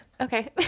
Okay